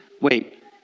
Wait